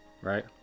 Right